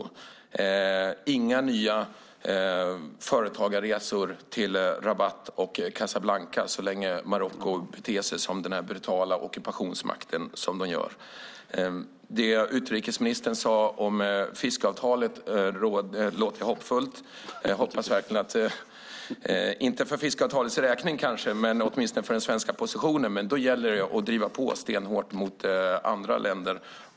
Det ska inte vara några nya företagarresor till Rabat och Casablanca så länge Marocko beter sig som en brutal ockupationsmakt. Det utrikesministern sade om fiskeavtalet låter hoppfullt, kanske inte för fiskeavtalets räkning men åtminstone för den svenska positionen. Men då gäller det att driva på stenhårt mot andra länder.